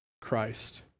Christ